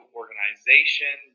organization